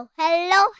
hello